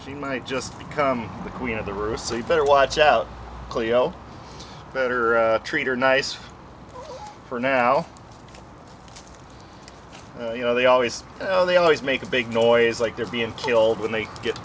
she might just become the queen of the roost so you better watch out cleo better treat her nice for now you know they always know they always make a big noise like they're being killed when they get